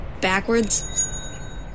backwards